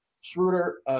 Schroeder